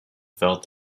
felt